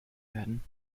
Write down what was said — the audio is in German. werden